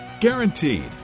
Guaranteed